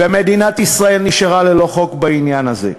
ומדינת ישראל נשארה ללא חוק בעניין הזה.